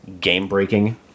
game-breaking